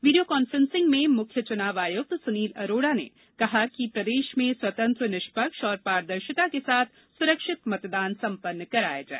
video conferencing में मुख्य चुनाव आयुक्त सुनील अरोरा ने कहा कि प्रदेश में चुनाव स्वतंत्र निष्पक्ष एवं पारदर्शिता के साथ सुरक्षित मतदान सम्पन्न कराये जायें